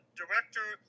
director